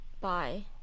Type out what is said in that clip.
Bye